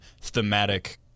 thematic